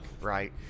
right